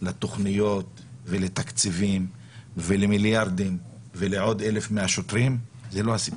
לתכניות ולתקציבים ולמיליארדים ולעוד 1,100 שוטרים זה לא הסיפור,